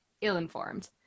ill-informed